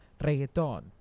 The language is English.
reggaeton